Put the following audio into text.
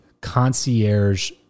concierge